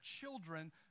children